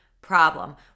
problem